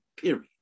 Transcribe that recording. period